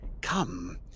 Come